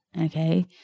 Okay